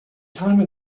time